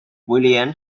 william